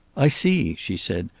i see, she said.